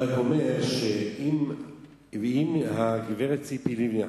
אני רק אומר שאם הגברת ציפי לבני,